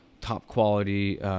top-quality